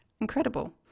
incredible